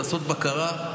לעשות בקרה,